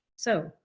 so,